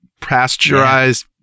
pasteurized